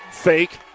fake